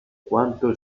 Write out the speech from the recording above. quanto